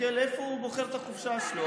איזה יעד הוא בוחר לחופשה שלו.